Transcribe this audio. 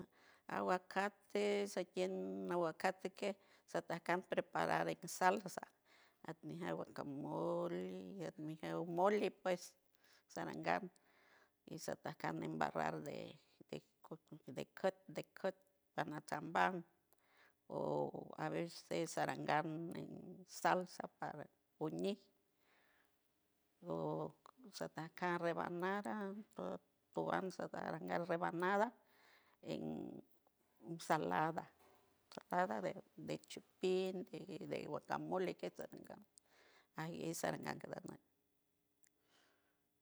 Aguacate señien aguacate ken sandacam preparar en salsa tandiyan guacamole mijiel di mole pues sarangarj kisandi carne embarrar de cot de cot danatanbaild our aveces sarangande salsa ara cuñij ouj sonacar rebanada por tuonza ti rebanada einsalada ensalada de chipil de guacamole queta ais cercado